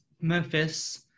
Memphis